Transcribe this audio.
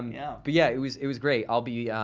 yeah. but yeah, it was, it was great. i'll be, yeah